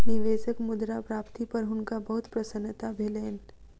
निवेशक मुद्रा प्राप्ति पर हुनका बहुत प्रसन्नता भेलैन